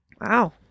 Wow